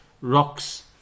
rocks